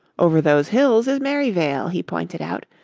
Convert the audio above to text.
over those hills is merryvale, he pointed out.